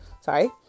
Sorry